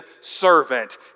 servant